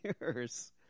years